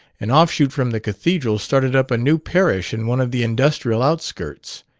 an offshoot from the cathedral, started up a new parish in one of the industrial outskirts.